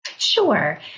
Sure